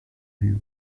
view